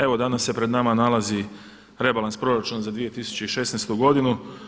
Evo danas se pred nama nalazi rebalans proračuna za 2016. godinu.